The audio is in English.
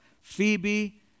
Phoebe